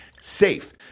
safe